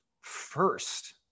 first